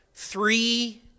Three